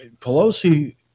Pelosi